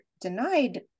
denied